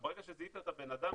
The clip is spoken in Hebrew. אז ברגע שזיהית את האדם,